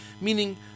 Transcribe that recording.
meaning